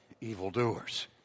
evildoers